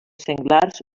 senglars